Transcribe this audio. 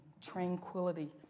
tranquility